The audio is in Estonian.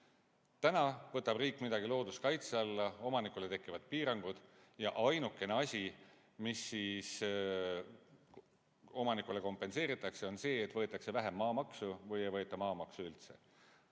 Täna võtab riik midagi looduskaitse alla, omanikule tekivad piirangud ja ainukene asi, mis omanikule kompenseeritakse, on see, et võetakse vähem maamaksu või ei võeta maamaksu üldse.